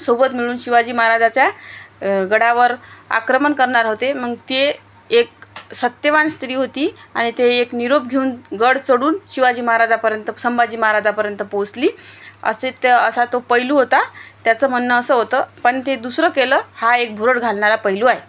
सोबत मिळून शिवाजी महाराजाच्या गडावर आक्रमण करणार होते मग ते एक सत्यवान स्त्री होती आणि ते एक निरोप घेऊन गड चढून शिवाजी महाराजापर्यंत संभाजी महाराजापर्यंत पोचली असे त असा तो पैलू होता त्याचं म्हणणं असं होतं पण ते दुसरं केलं हा एक भुरळ घालणारा पैलू आहे